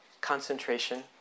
concentration